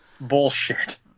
Bullshit